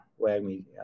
Wagme